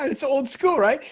its old school right.